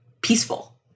peaceful